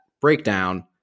breakdown